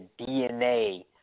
DNA